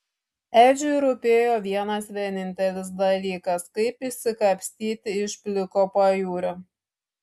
edžiui rūpėjo vienas vienintelis dalykas kaip išsikapstyti iš pliko pajūrio